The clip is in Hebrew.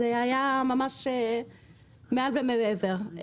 זה היה ממש מעל ומעבר.